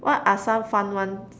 what are some fun ones